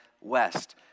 west